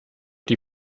die